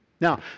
Now